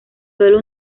sólo